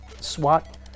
SWAT